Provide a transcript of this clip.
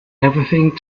everything